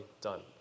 done